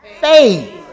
faith